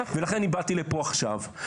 לכן אני באתי לפה עכשיו,